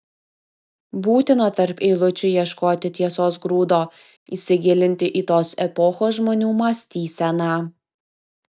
būtina tarp eilučių ieškoti tiesos grūdo įsigilinti į tos epochos žmonių mąstyseną